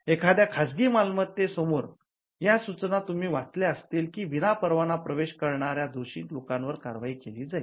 एखाद्या खाजगी मालमत्ते समोर या सूचना तुम्ही वाचल्या असतील कीं विनापरवाना प्रवेश करणाऱ्या दोषी लोकांवर कारवाई केली जाईल